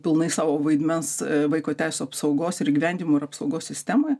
pilnai savo vaidmens vaiko teisių apsaugos ir įgyvendinimo ir apsaugos sistemoje